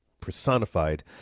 personified